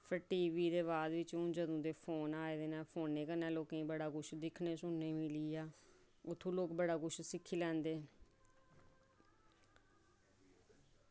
फ्ही TV ओह्दे बाद जदूं दे फोन आए दे न ते लोकें गी बड़ा कुछ सिक्खनै सुनने गी मिली आ उत्थुं लोग बड़ा किश सिक्खी लैंदे